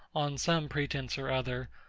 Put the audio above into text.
on some pretence or other,